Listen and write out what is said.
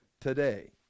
today